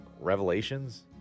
revelations